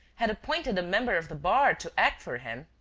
had appointed a member of the bar to act for him!